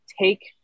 take